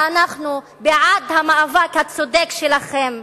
ואנחנו בעד המאבק הצודק שלכם.